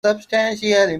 substantial